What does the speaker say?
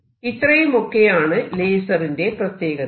ഇത്രയുമൊക്കെയാണ് ലേസറിന്റെ പ്രത്യേകതകൾ